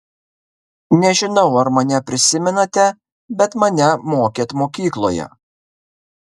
nežinau ar mane prisimenate bet mane mokėt mokykloje